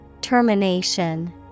Termination